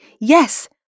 yes